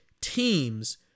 teams